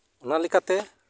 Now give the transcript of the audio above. ᱚᱱᱟ ᱞᱮᱠᱟᱛᱮ